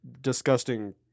disgusting